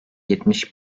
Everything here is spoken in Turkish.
yetmiş